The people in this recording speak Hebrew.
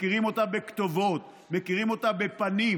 מכירים אותה בכתובות, מכירים אותה בפנים.